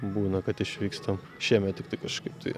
būna kad išvykstam šiemet tiktai kažkaip tai